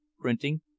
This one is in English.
printing